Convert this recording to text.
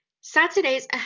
Saturday's